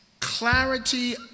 clarity